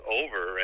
over